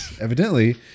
Evidently